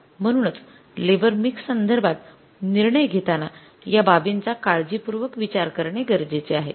म्हणूनूच labour mix संदर्भात निर्णय घेताना या बाबींचा काळजीपूर्वक विचार करणे गरजेचे आहे